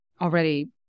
already